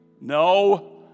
No